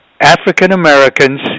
African-Americans